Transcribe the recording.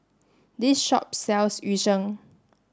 this shop sells Yu Sheng